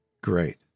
Great